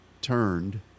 turned